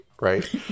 right